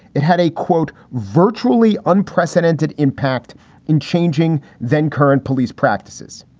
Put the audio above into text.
it had a, quote, virtually unprecedented impact in changing then current police practices.